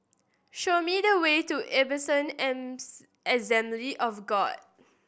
show me the way to Assembly of God